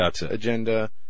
agenda